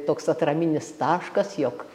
toks atraminis taškas jog